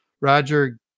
Roger